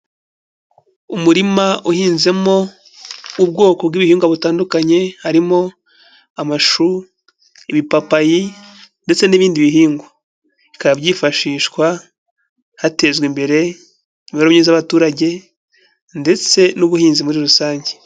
Umurima uhinzemo ubwoko bw'ibihingwa butandukanye, harimo amashu, ibipapayi ndetse n'ibindi bihingwa, bikaba byifashishwa hatezwa imbere imiberero myiza y'abaturage ndetse n'ubuhinzi muri rusange.